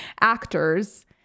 actors